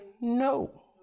no